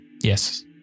Yes